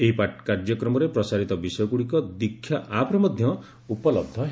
ଏହି କାର୍ଯ୍ୟକ୍ରମରେ ପ୍ରସାରିତ ବିଷୟଗୁଡ଼ିକ ଦୀକ୍ଷା ଆପ୍ରେ ମଧ୍ୟ ଉପଲହ ହେବ